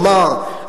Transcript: נאמר,